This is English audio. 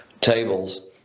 tables